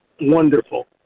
Wonderful